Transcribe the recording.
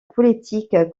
politique